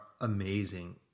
amazing